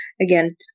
again